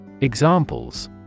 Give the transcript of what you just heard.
Examples